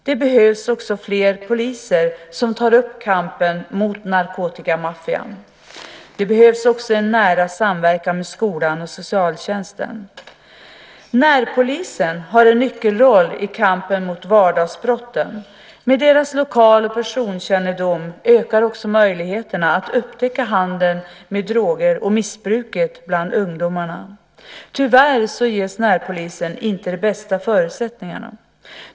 Det behövs fler poliser som tar upp kampen mot narkotikamaffian. Det behövs också en nära samverkan med skolan och socialtjänsten. Närpolisen har en nyckelroll i kampen mot vardagsbrotten. Med deras lokal och personkännedom ökar också möjligheterna att upptäcka handeln med droger och missbruket bland ungdomarna. Tyvärr ges närpolisen inte de bästa förutsättningarna.